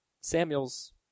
Samuels